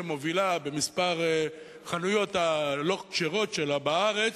שמובילה במספר החנויות הלא-כשרות שלה בארץ,